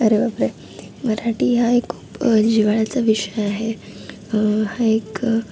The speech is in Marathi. अरे बापरे मराठी हा एक खूप जिव्हाळ्याचा विषय आहे हा एक